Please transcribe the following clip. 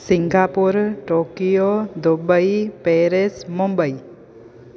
Singapore Tokyo Dubai Paris Mumbai